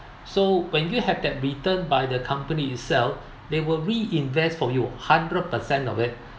so when you have that return by the company itself they will reinvest for you hundred per cent of it